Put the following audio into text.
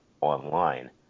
Online